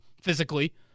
physically